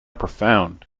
profound